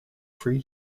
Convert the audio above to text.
three